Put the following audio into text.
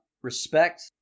respect